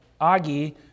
Agi